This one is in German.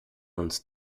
uns